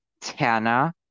Tana